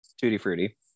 Tutti-frutti